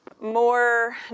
more